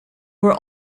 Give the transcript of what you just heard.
were